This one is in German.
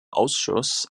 ausschuss